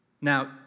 Now